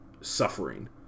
suffering